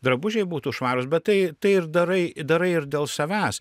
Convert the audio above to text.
drabužiai būtų švarūs bet tai tai ir darai darai ir dėl savęs